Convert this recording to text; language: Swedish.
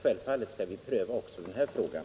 Självfallet skall vi dock pröva också den frågan.